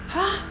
!huh!